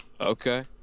Okay